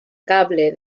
cable